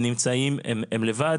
הם לבד,